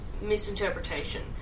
misinterpretation